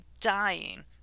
dying